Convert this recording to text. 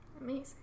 Amazing